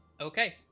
Okay